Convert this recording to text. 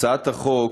הצעת החוק,